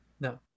No